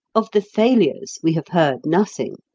of the failures we have heard nothing.